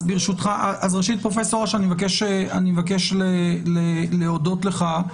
ראשית, פרופ' אש, אני מבקש להודות לך.